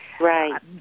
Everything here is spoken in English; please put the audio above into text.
Right